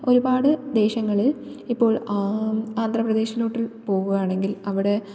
ഒരുപാട് ദേശങ്ങളിൽ ഇപ്പോൾ ആന്ധ്രപ്രദേശിലോട്ട് പോവുകയാണെങ്കിൽ അവിടെ